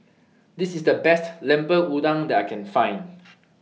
This IS The Best Lemper Udang that I Can Find